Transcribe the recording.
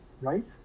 Right